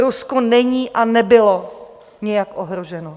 Rusko není a nebylo nijak ohroženo.